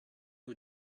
who